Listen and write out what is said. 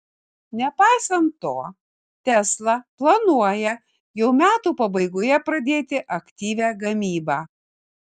nepaisant to tesla planuoja jau metų pabaigoje pradėti aktyvią gamybą